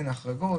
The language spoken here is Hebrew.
אין החרגות,